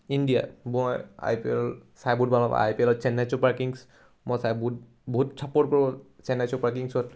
India মই I P L চাই বহুত ভাল পাওঁ আই পি এলত চেন্নাই চুপাৰ কিংছ মই চাই বহুত বহুত ছাপৰ্ট কৰোঁ চেন্নাই চুপাৰ কিংছক